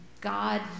God